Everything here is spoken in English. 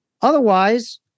Otherwise